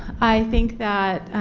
i think that,